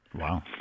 wow